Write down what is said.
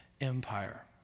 empire